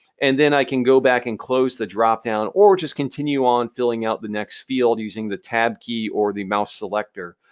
and then i can go back and close the dropdown or just continue on filling out the next field using the tab key or the mouse selector.